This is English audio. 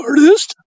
artist